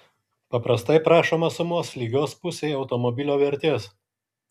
paprastai prašoma sumos lygios pusei automobilio vertės